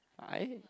why